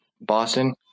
boston